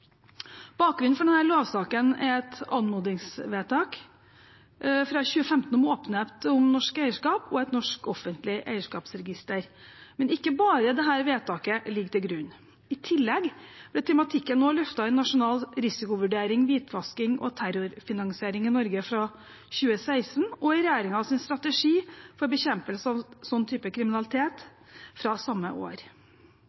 Bakgrunnen for denne lovsaken er et anmodningsvedtak fra 2015 om åpenhet om norsk eierskap og et norsk offentlig eierskapsregister, men ikke bare dette vedtaket ligger til grunn. I tillegg ble tematikken også løftet i Nasjonal risikovurdering – Hvitvasking og terrorfinansiering i Norge, fra 2016, og i regjeringens strategi for bekjempelse av den typen kriminalitet